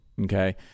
okay